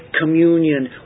communion